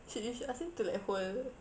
she you should ask him to like hold